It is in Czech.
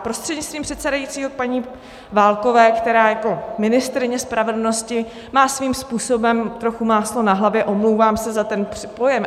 Prostřednictvím předsedajícího paní Válkové, která jako ministryně spravedlnosti má svým způsobem trochu máslo na hlavě, omlouvám se za ten pojem.